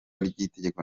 ry’itegeko